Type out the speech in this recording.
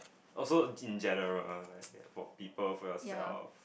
also in general for your people for yourself